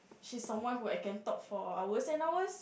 she's someone who I can talk for hours and hours